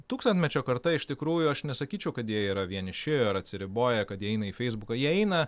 tūkstantmečio karta iš tikrųjų aš nesakyčiau kad jie yra vieniši ar atsiriboja kad jie eina į feisbuką jie eina